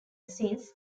since